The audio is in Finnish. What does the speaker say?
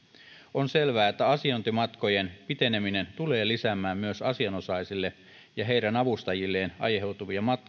on selvää että asiointimatkojen piteneminen tulee lisäämään myös asianosaisille ja heidän avustajilleen aiheutuvia